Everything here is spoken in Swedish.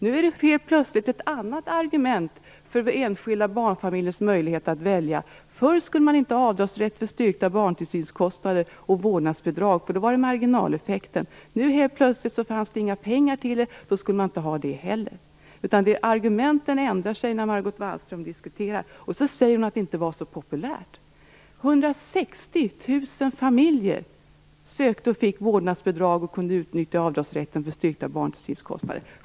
Nu är det helt plötsligt ett annat argument för enskilda barnfamiljers möjligheter att välja. Förr skulle man inte ha avdragsrätt för styrkta barntillsynskostnader och vårdnadsbidrag, eftersom det gav marginaleffekter. Nu skulle man inte heller ha det för att det inte fanns pengar till det. Argumenten ändrar sig när Margot Wallström diskuterar. Margot Wallström säger att det inte var så populärt. 160 000 familjer sökte och fick vårdnadsbidrag och kunde utnyttja avdragsrätten för styrkta barntillsynskostnader.